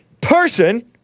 person